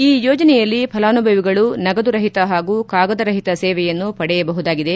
ಈ ಯೋಜನೆಯಲ್ಲಿ ಫಲಾನುಭವಿಗಳು ನಗದು ರಹಿತ ಹಾಗೂ ಕಾಗದ ರಹಿತ ಸೇವೆಯನ್ನು ಪಡೆಯಬಹುದಾಗಿದೆ